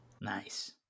Nice